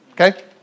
okay